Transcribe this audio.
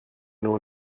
nhw